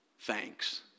Thanks